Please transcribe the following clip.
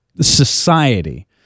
society